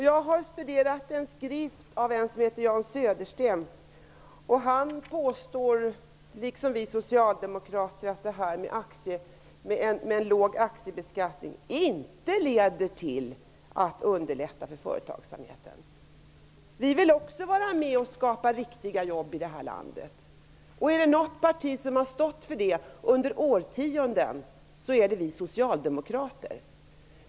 Jag har studerat en skrift av Jan Södersten, där denne liksom vi socialdemokrater påstår att en låg aktiebeskattning inte verkar underlättande för företagsamheten. Också vi vill vara med om att skapa riktiga jobb i vårt land, och om något parti har stått för det under årtionden är det vi socialdemokrater.